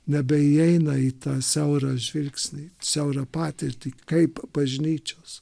nebeįeina į tą siaurą žvilgsnį siaurą patirtį kaip bažnyčios